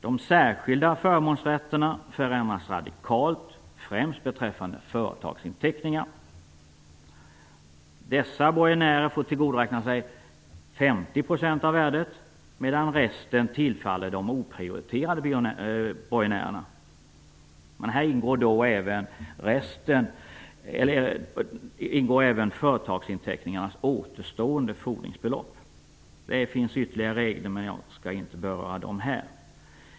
De särskilda förmånsrätterna förändras radikalt, främst beträffande företagsinteckningar. Dessa borgenärer får tillgodoräkna sig 50 % av värdet medan resten tillfaller de oprioriterade borgenärerna. Här ingår dock även företagsinteckningarnas återstående fordringsbelopp. Det finns ytterligare regler, men jag skall inte beröra dem här.